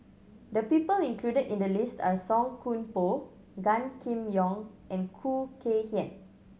the people included in the list are Song Koon Poh Gan Kim Yong and Khoo Kay Hian